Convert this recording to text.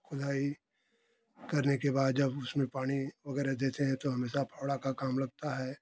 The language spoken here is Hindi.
खुदाई करने के बाद जब उसमें पानी वगैरह देते हैं तो हमेशा फावड़ा का काम लगता है